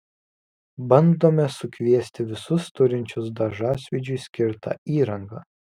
bandome sukviesti visus turinčius dažasvydžiui skirtą įrangą